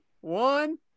one